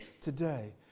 today